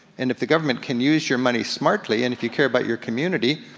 and if the government can use your money smartly, and if you care about your community,